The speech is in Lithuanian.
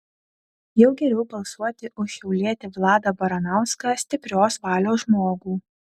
jau geriau balsuoti už šiaulietį vladą baranauską stiprios valios žmogų